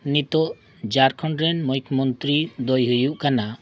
ᱱᱤᱛᱳᱜ ᱡᱷᱟᱲᱠᱷᱚᱸᱰ ᱨᱮᱱ ᱢᱩᱠᱷᱭᱚᱢᱚᱱᱛᱨᱤ ᱫᱚᱭ ᱦᱩᱭᱩᱜ ᱠᱟᱱᱟ